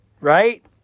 Right